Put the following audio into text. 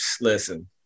listen